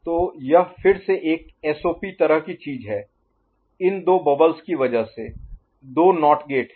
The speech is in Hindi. तो यह फिर से एक एसओपी तरह की चीज है इन दो बबल्स की वजह से दो नॉट गेट हैं